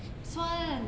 算